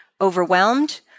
overwhelmed